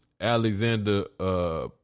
Alexander